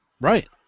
Right